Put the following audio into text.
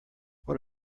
what